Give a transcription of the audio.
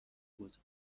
بود